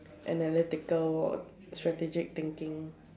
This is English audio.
analytical or strategic thinking